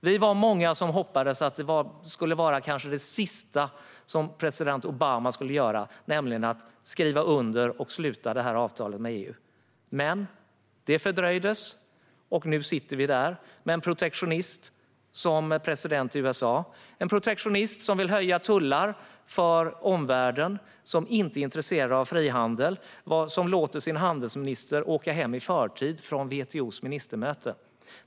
Vi var många som hoppades att president Obama som kanske en av sina sista åtgärder skulle skriva under och sluta detta avtal med EU. Detta fördröjdes dock, och nu sitter vi med en protektionist som president i USA. Det är en protektionist som vill höja tullar för omvärlden, som inte är intresserad av frihandel och som låter sin handelsminister åka hem i förtid från WTO:s ministermöte.